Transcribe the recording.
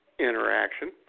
Interaction